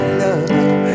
love